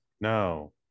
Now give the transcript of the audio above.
no